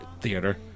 theater